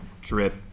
Drip